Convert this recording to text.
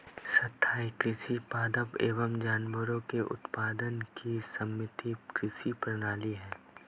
स्थाईं कृषि पादप एवं जानवरों के उत्पादन की समन्वित कृषि प्रणाली है